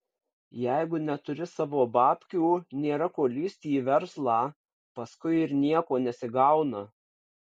jeigu neturi savo babkių nėra ko lįsti į verslą paskui ir nieko nesigauna